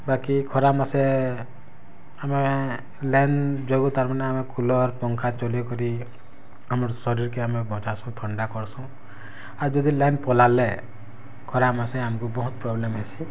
ବାକି ଖରା ମାସେ ଆମେ ଲାଇନ୍ ଯୋଗୁଁ ତାର୍ ମାନେ ଆମେ କୁଲର୍ ପଙ୍ଖା ଚଲେଇ କରି ଆମର୍ ଶରିର୍କେ ଆମେ ବଚାସୁଁ ଥଣ୍ଡା କର୍ସୁଁ ଆଉ ଯଦି ଲାଇନ୍ ପଲାଲେ ଖରା ମାସେ ଆମ୍କୁ ବହୁତ୍ ପ୍ରବ୍ଲେମ୍ ହେସି